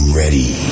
ready